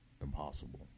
Impossible